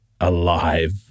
alive